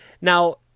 Now